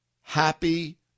happy